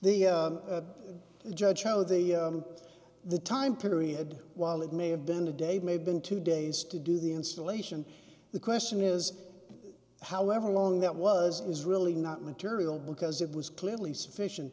the judge show the the time period while it may have been a day may been two days to do the installation the question is however long that was is really not material because it was clearly sufficient